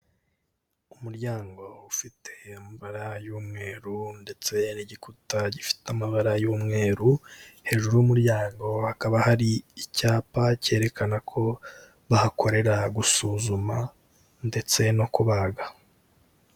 Umuryango ufite amabara y'umweru ndetse n'igikuta gifite amabara y'umweru, hejuru y'umuryango hakaba hari icyapa cyerekana ko bahakorera gusuzuma ndetse no kubaga.